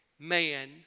man